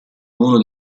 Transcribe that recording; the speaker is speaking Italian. uno